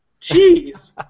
Jeez